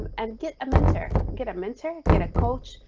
um and get a mentor. get a mentor, get a coach,